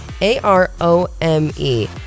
A-R-O-M-E